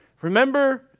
Remember